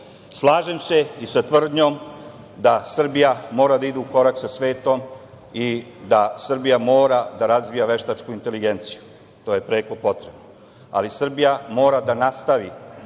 selu. Slažem se i sa tvrdnjom da Srbija mora da ide u korak sa svetom i da Srbija mora da razvija veštačku inteligenciju, to je preko potrebno, ali Srbija mora da nastavi